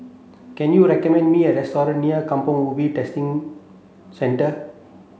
can you recommend me a restaurant near Kampong Ubi Test Centre